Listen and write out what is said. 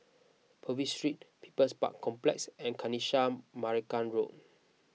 Purvis Street People's Park Complex and Kanisha Marican Road